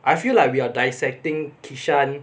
I feel like we're dissecting kishan